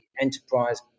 Enterprise